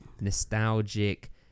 nostalgic